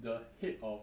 the head of